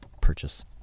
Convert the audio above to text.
purchase